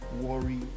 worry